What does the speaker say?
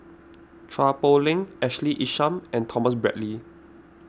Chua Poh Leng Ashley Isham and Thomas Braddell